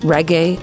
Reggae